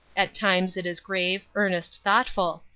at times it is grave, earnest, thoughtful.